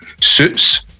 Suits